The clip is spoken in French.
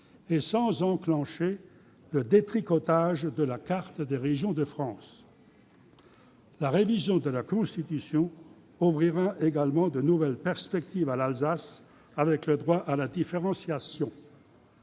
sans enclencher le détricotage de la carte des régions de France. La révision de la Constitution ouvrira également de nouvelles perspectives à l'Alsace, avec le droit à la différenciation.